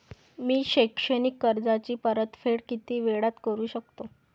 मी शैक्षणिक कर्जाची परतफेड किती वेळात करू शकतो